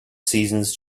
seasons